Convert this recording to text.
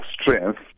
strength